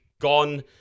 gone